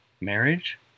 marriage